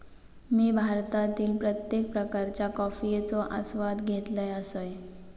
मी भारतातील प्रत्येक प्रकारच्या कॉफयेचो आस्वाद घेतल असय